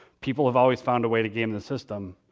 people have always found a way to game the system.